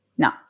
No